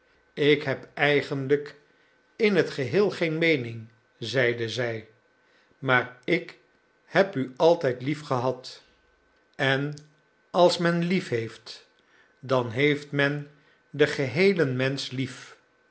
ik heb eigenlijk in t geheel geen meening zeide zij maar ik heb u altijd liefgehad en als men liefheeft dan heeft men den geheelen mensch lief